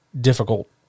difficult